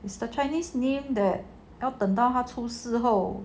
it's the chinese name that 要等到他四十后